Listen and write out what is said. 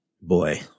Boy